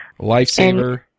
Lifesaver